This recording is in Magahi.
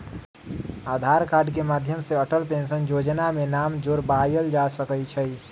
आधार कार्ड के माध्यम से अटल पेंशन जोजना में नाम जोरबायल जा सकइ छै